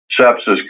Sepsis